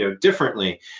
differently